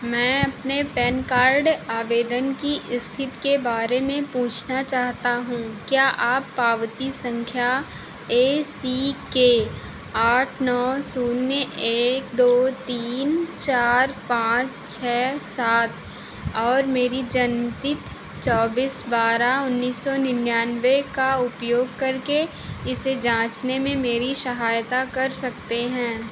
मैं अपने PAN card आवेदन की इस्थिति के बारे में पूछना चाहता हूँ क्या आप पावती सँख्या ए सी के आठ नौ शून्य एक दो तीन चार पाँच छह सात और मेरी जन्मतिथि चौबीस बारह उन्नीस सौ निन्यानवे का उपयोग करके इसे जाँचने में मेरी सहायता कर सकते हैं